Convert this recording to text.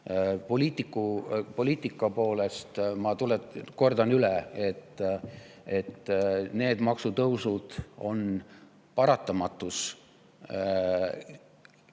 Poliitika poolest, ma kordan üle, need maksutõusud on paratamatus aastaid